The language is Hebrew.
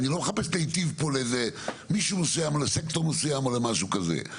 אני לא מחפש להטיב פה עם מישהו על סקטור מסוים או משהו כזה.